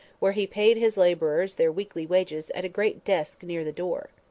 where he paid his labourers their weekly wages at a great desk near the door.